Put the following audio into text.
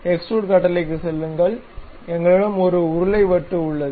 extrude கட்டளைக்குச் செல்லுங்கள் எங்களிடம் ஒரு உருளை வட்டு உள்ளது